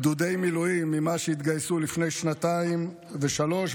גדודי מילואים ממה שהתגייסו לפני שנתיים ושלוש,